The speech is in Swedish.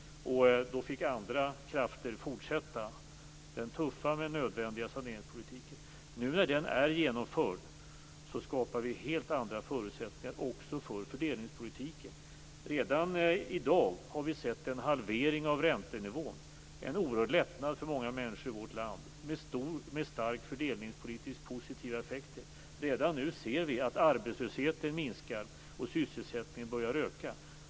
Då fick andra krafter fortsätta den tuffa men nödvändiga saneringspolitiken. Nu när den perioden är genomförd skapar detta helt andra förutsättningar för fördelningspolitiken. Redan i dag har vi sett en halvering av räntenivån. Det är en oerhörd lättnad för många människor i vårt land med starkt fördelningspolitiskt positiva effekter. Redan nu ser vi att arbetslösheten minskar och att sysselsättningen börjar öka.